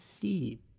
see